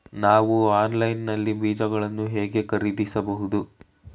ನಾವು ಆನ್ಲೈನ್ ನಲ್ಲಿ ಬೀಜಗಳನ್ನು ಹೇಗೆ ಖರೀದಿಸಬಹುದು?